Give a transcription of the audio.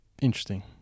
Interesting